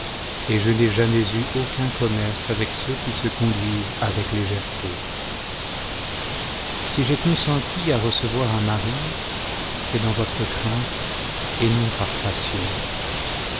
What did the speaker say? et je n'ai jamais eu aucun commerce avec ceux qui se conduisent avec légèreté si j'ai consenti à recevoir un mari c'est dans votre crainte et non par passion